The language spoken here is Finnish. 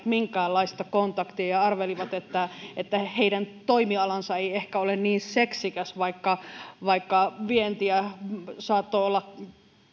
minkäänlaista kontaktia ja arveli että että heidän toimialansa ei ehkä ole niin seksikäs vaikka vaikka vientiä saattoi olla